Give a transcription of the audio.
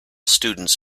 students